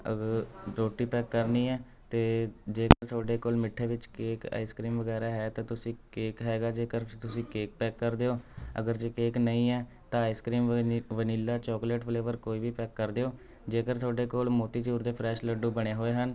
ਰੋਟੀ ਪੈਕ ਕਰਨੀ ਹੈ ਅਤੇ ਜੇ ਤੁਹਾਡੇ ਕੋਲ ਮਿੱਠੇ ਵਿੱਚ ਕੇਕ ਆਈਸਕ੍ਰੀਮ ਵਗੈਰਾ ਹੈ ਤਾਂ ਤੁਸੀਂ ਕੇਕ ਹੈਗਾ ਜੇਕਰ ਫਿਰ ਤੁਸੀਂ ਕੇਕ ਪੈਕ ਕਰ ਦਿਓ ਅਗਰ ਜੇ ਕੇਕ ਨਹੀਂ ਹੈ ਤਾਂ ਆਈਸਕ੍ਰੀਮ ਵੀ ਵਨੀਲਾ ਚੋਕਲੇਟ ਫਲੇਵਰ ਕੋਈ ਵੀ ਪੈਕ ਕਰ ਦਿਓ ਜੇਕਰ ਤੁਹਾਡੇ ਕੋਲ ਮੋਤੀਚੂਰ ਦੇ ਫਰੈਸ਼ ਲੱਡੂ ਬਣੇ ਹੋਏ ਹਨ